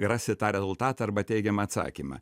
rasti tą rezultatą arba teigiamą atsakymą